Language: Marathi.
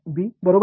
बी बरोबर